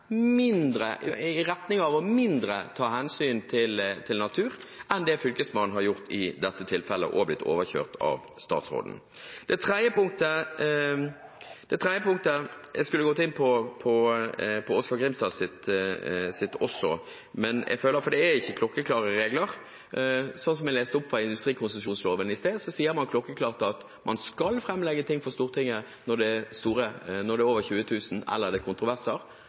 i retning av å ta mindre hensyn til natur enn det Fylkesmannen har gjort i dette tilfellet – og blitt overkjørt av statsråden. Det tredje punktet: Jeg skulle gått inn på Oskar J. Grimstads innlegg også, for det er ikke klokkeklare regler. Som jeg leste opp fra industrikonsesjonsloven i sted, sier man klokkeklart at man skal framlegge ting for Stortinget når det gjelder over 20 000 naturhestekrefter eller det er kontroverser, med mindre statsråden mener at det